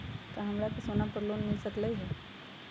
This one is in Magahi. का हमरा के सोना पर लोन मिल सकलई ह?